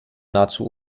nahezu